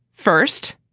first,